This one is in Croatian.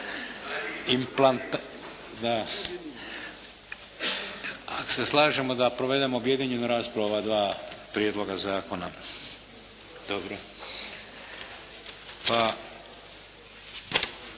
rasprava. Ako se slažemo da provedemo objedinjenu raspravu o ova dva prijedloga zakona? Dobro. 9.